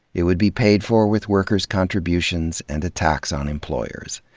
it would be paid for with workers' contributions, and a tax on employers.